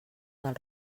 del